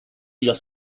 los